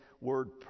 word